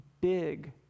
big